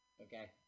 Okay